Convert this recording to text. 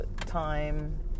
time